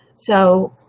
so